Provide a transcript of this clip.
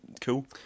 cool